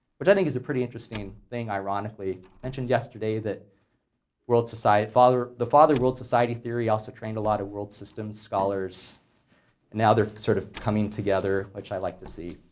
which i think is a pretty interesting thing ironically mentioned yesterday that world society, father, the father of world society theory also trained a lot of world system scholars, and now they're sort of coming together which i like to see,